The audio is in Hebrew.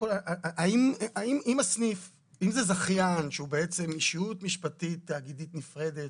אם זה זכיין שהוא ישות משפטית תאגידית נפרדת,